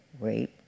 rape